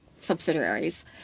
subsidiaries